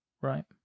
right